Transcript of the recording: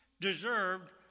deserved